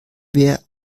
wer